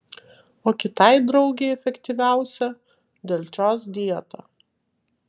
o kitai draugei efektyviausia delčios dieta